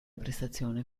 prestazione